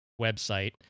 website